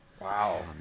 wow